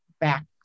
back